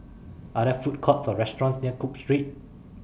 Are There Food Courts Or restaurants near Cook Street